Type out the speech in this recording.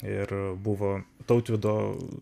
ir buvo tautvydo